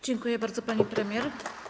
Dziękuję bardzo, pani premier.